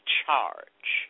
charge